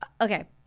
Okay